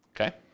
Okay